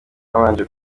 habanje